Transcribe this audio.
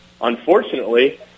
unfortunately